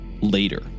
later